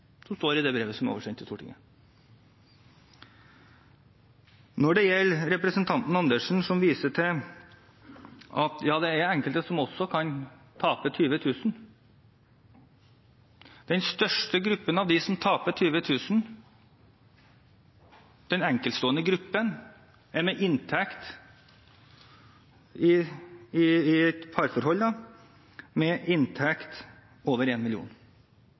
som det står i brevet som er oversendt til Stortinget. Når det gjelder det som representanten Andersen viser til, at det er enkelte som kan tape 20 000 kr, er den største enkeltstående gruppen av dem som taper 20 000 kr, i et parforhold med en husstandsinntekt på over 1 mill. kr. Når representanten Bergstø sier at vi må finne en